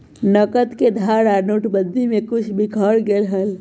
नकद के धारा नोटेबंदी में कुछ बिखर गयले हल